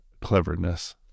cleverness